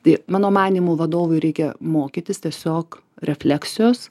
tai mano manymu vadovui reikia mokytis tiesiog refleksijos